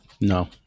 No